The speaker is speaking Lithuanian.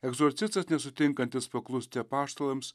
egzorcistas nesutinkantis paklusti apaštalams